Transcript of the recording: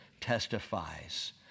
testifies